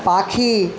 পাখি